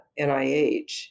NIH